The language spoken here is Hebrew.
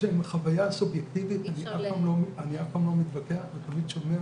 עם החוויה הסובייקטיבית אני אף פעם לא מתווכח ותמיד שומע